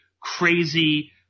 crazy